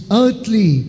earthly